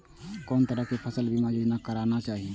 कोन तरह के फसल बीमा योजना कराना चाही?